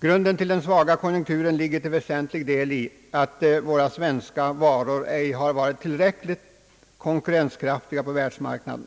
Grunden till den svaga konjunkturen ligger till väsentlig del i att våra svenska varor ej har varit tillräckligt konkurrenskraftiga på världsmarknaden.